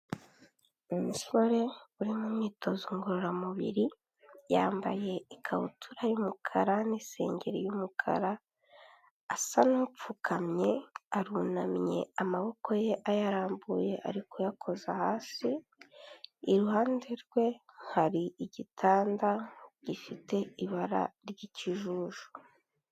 Umusore uri mu myitozo ngororamubiri yambaye ikabutura y'umukara n'isengeri y'umukara asa n'upfukamye arunamye, amaboko ye ayarambuye ariko kuyakoza hasi, i ruhande rwe hari igitanda gifite ibara ry'ikijuju.